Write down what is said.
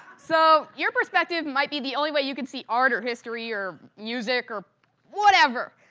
so, your perspective might be the only way you can see art or history or music, or whatever.